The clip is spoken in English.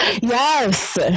yes